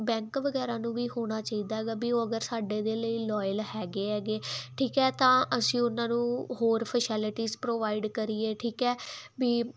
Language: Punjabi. ਬੈਂਕ ਵਗੈਰਾ ਨੂੰ ਵੀ ਹੋਣਾ ਚਾਹੀਦਾ ਹੈਗਾ ਵੀ ਉਹ ਅਗਰ ਸਾਡੇ ਦੇ ਲਈ ਲੋਇਲ ਹੈਗੇ ਹੈਗੇ ਠੀਕ ਹੈ ਤਾਂ ਅਸੀਂ ਉਹਨਾਂ ਨੂੰ ਹੋਰ ਫਸ਼ੈਲਿਟੀਜ ਪ੍ਰੋਵਾਈਡ ਕਰੀਏ ਠੀਕ ਹੈ ਵੀ